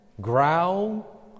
growl